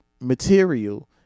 material